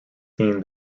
seen